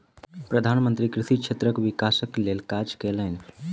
प्रधान मंत्री कृषि क्षेत्रक विकासक लेल काज कयलैन